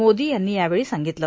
मोदी यांनी यावेळी सांगितलं